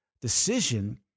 decision